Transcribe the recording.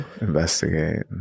investigate